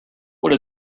would